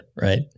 Right